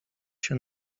się